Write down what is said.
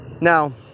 Now